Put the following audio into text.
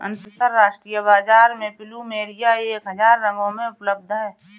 अंतरराष्ट्रीय बाजार में प्लुमेरिया एक हजार रंगों में उपलब्ध हैं